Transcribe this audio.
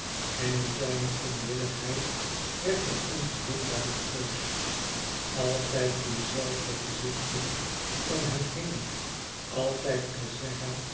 en in zijne onwilligheid werd hij onbedwingbaar nerveus altijd die zelfde gezichten om hem heen altijd